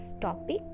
topic